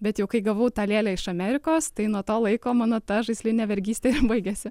bet jau kai gavau tą lėlę iš amerikos tai nuo to laiko mano ta žaislinė vergystė ir baigėsi